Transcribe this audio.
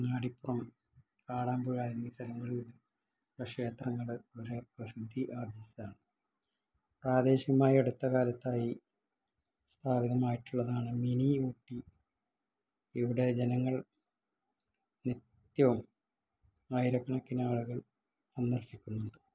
അങ്ങാടിപ്പുറം കാടാമ്പുഴ എന്നീ സ്ഥങ്ങളിൽ ക്ഷേത്രങ്ങൾ വളരെ പ്രസിദ്ധി ആർജ്ജിച്ചതാണ് പ്രാദേശികമായി അടുത്ത കാലത്തായി സ്ഥാപിതമായിട്ടുള്ളതാണ് മിനി ഊട്ടി ഇവിടെ ജനങ്ങൾ നിത്യവും ആയിരക്കണക്കിനാളുകൾ സന്ദർശിക്കുന്നുണ്ട്